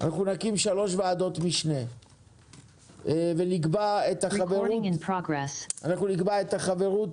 אנחנו נקים שלוש ועדות משנה ונקבע את החברות